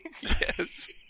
Yes